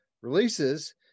releases